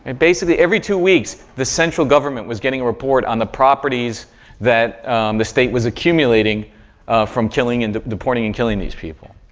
and basically, every two weeks the central government was getting a report on the properties that the state was accumulating from killing and deporting and killing these people.